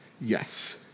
Yes